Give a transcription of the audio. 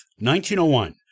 1901